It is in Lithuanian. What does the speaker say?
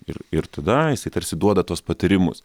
ir ir tada jisai tarsi duoda tuos patarimus